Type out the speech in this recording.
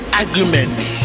arguments